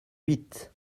huit